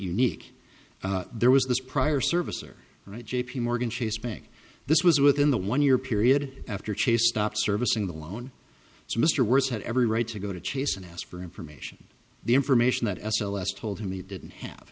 unique there was this prior service or right j p morgan chase bank this was within the one year period after chase stopped servicing the loan so mr wertz had every right to go to chase and ask for information the information that s l s told him he didn't have